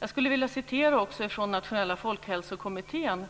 Jag skulle också vilja citera något när det gäller Nationella folkhälsokommittén: